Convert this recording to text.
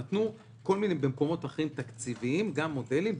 נתנו במקומות אחרים תקציביים גם מודלים,